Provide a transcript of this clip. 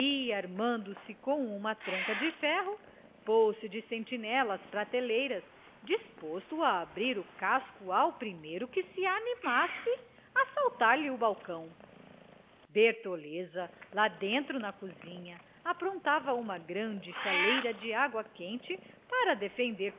armando se com uma tranca de ferro pôs-se de sentinela às prateleiras disposto a abrir o casco ao primeiro que se animasse a saltar lhe o balcão bertoleza lá dentro na cozinha aprontava uma grande chaleira de água quente para defender